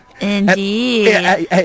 Indeed